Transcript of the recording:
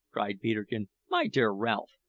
cried peterkin. my dear ralph,